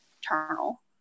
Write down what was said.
internal